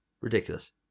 Ridiculous